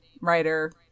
writer